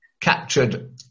captured